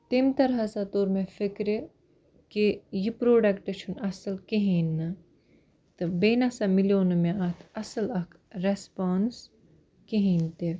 تٔمۍ تَل ہسا توٚر مےٚ فِکرِ کہِ یہِ پرٛوڈَکٹہٕ چھُنہٕ اصٕل کِہیٖنۍ نہٕ تہٕ بیٚیہِ نَہ سا میلیٛو نہٕ مےٚ اَتھ اصٕل اَکھ ریٚسپوٛانٕس کِہیٖنٛۍ تہِ